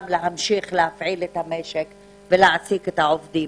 להמשיך להפעיל את המשק ולהעסיק את העובדים.